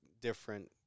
different